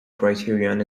criterion